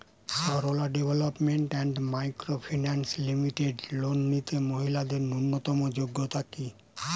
Sarala development and micro finance limited loan নিতে মহিলাদের ন্যূনতম যোগ্যতা কী?